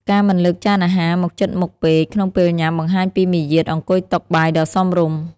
ការមិនលើកចានអាហារមកជិតមុខពេកក្នុងពេលញ៉ាំ បង្ហាញពីមារយាទអង្គុយតុបាយដ៏សមរម្យ។